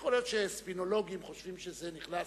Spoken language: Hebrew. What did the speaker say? שיכול להיות שספינולוגים חושבים שזה נכנס